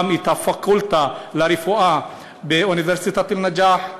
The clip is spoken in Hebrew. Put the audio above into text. את הפקולטה לרפואה באוניברסיטת א-נג'אח.